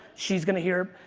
she's going to hear